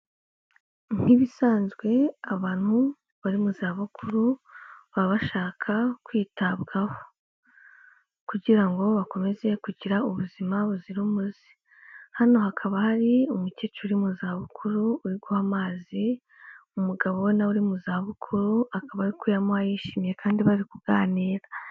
Nk'ibisanzwe abantu bari mu zabukuru baba bashaka kwitabwaho, kugira ngo bakomeze kugira ubuzima buzira umuze, hano hakaba hari umukecuru uri mu zabukuru, uri guha amazi umugabo we nawe uri mu zabukuru, akaba ari kuyamuha yishimye kandi bari kuganira.